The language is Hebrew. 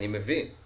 אני מבין.